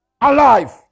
alive